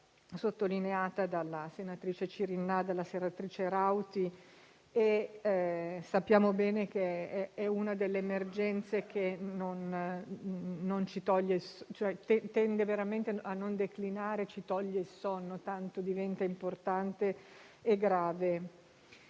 sottolineato dalla senatrice Cirinnà e dalla senatrice Rauti e sappiamo bene che è un'emergenza che veramente non tende a declinare e ci toglie il sonno, tanto diventa importante e grave.